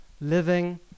Living